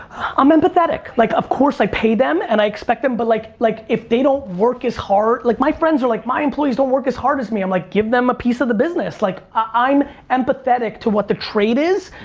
i'm empathetic. like of course i pay them and i expect them but like like if they don't work as hard, like my friends or like my employees don't work as hard as me. i'm like give them a piece of the business. like, i'm empathetic to what the trade is,